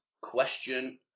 Question